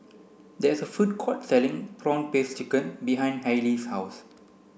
there is a food court selling prawn paste chicken behind Hailee's house